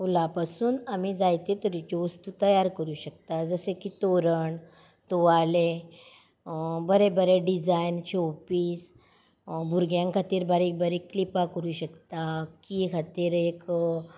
वुला पासून आमी जायते तरेच्यो वस्तू तयार करूंक शकतात जशें की तोरण तुवाले बरे बरे डिजायन शो पीस भुरग्यां खातीर बारीक बारीक क्लिपां करूंक शकता खातीर की खातीर एक